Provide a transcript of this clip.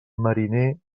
mariner